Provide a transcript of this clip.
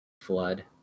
Flood